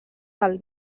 del